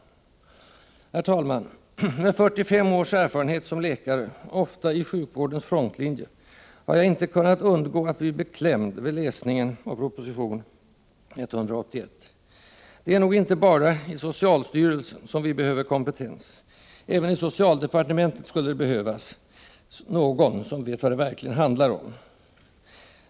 Herr talman! Med 45 års erfarenhet som läkare, ofta i sjukvårdens frontlinje, har jag inte kunnat undgå att bli beklämd vid läsningen av proposition 1984/85:181. Det är nog inte bara i socialstyrelsen som vi behöver kompetens; även i socialdepartementet skulle det behövas någon som verkligen vet vad det handlar om.